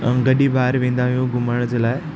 गॾु ई ॿाहिरि वेंदा आहियूं घुमण जे लाइ